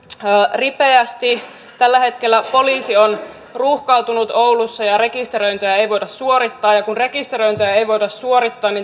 ripeästi tällä hetkellä poliisi on ruuhkautunut oulussa ja rekisteröintiä ei voida suorittaa ja kun rekisteröintiä ei voida suorittaa